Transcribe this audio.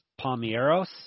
Palmieros